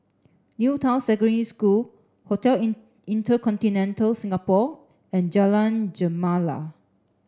New Town Secondary School Hotel InterContinental Singapore and Jalan Gemala